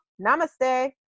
namaste